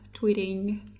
tweeting